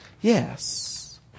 Yes